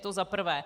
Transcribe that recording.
To za prvé.